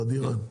תדיראן,